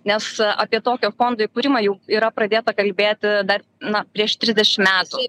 nes apie tokio fondo įkūrimą jau yra pradėta kalbėti dar na prieš trisdešimt metų